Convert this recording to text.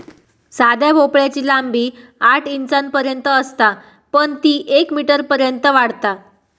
साध्या भोपळ्याची लांबी आठ इंचांपर्यंत असता पण ती येक मीटरपर्यंत वाढता